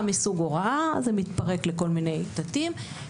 מסוג הוראה זה מתפרק לכל מיני תתי סעיפים,